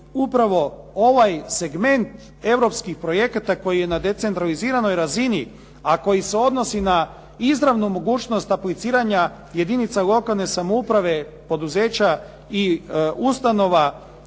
upravo ovaj segment europskih projekata koji je na decentraliziranoj razini, a koji se odnosi na izravnu mogućnost apliciranja jedinica lokalne samouprave, poduzeća i ustanova